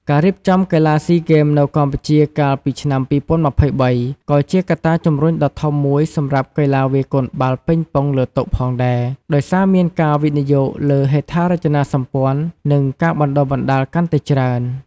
ការរៀបចំកីឡាស៊ីហ្គេមនៅកម្ពុជាកាលពីឆ្នាំ២០២៣ ក៏ជាកត្តាជំរុញដ៏ធំមួយសម្រាប់កីឡាវាយកូនបាល់ប៉េងប៉ុងលើតុផងដែរ ដោយសារមានការវិនិយោគលើហេដ្ឋារចនាសម្ព័ន្ធ និងការបណ្ដុះបណ្ដាលកាន់តែច្រើន។